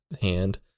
hand